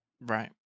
Right